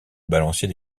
balancier